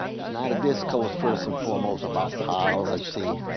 it's not a discourse first and foremost about policy,